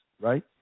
right